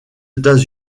états